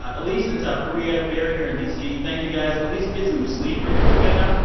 ah elise in south korea, barrie here in d c, thank you, guys. elise, get some sleep. are you going to go to bed now?